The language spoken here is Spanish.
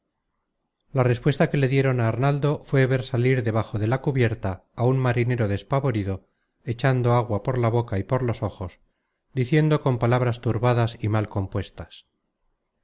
la respuesta que le dieron á arnaldo fué ver salir de bajo de la cubierta á un marinero despavorido echando agua por la boca y por los ojos diciendo con palabras turbadas y mal compuestas